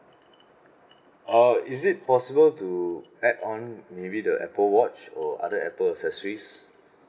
uh is it possible to add on maybe the apple watch or other apple accessories